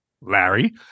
Larry